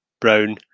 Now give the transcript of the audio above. Brown